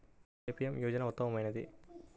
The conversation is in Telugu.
ఏ పీ.ఎం యోజన ఉత్తమమైనది?